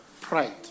Pride